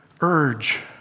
urge